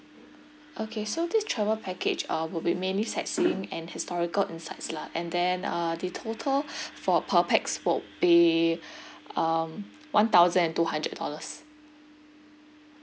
okay so this travel package uh will be mainly sightseeing and historical insights lah and then uh the total for per pax would be um one thousand and two hundred dollars